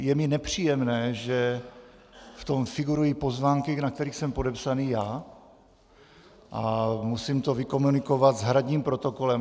Je mi nepříjemné, že v tom figurují pozvánky, na kterých jsem podepsán já, a musím to vykomunikovat s hradním protokolem.